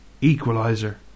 equalizer